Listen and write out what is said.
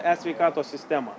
e sveikatos sistemą